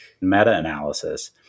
meta-analysis